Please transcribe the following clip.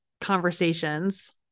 conversations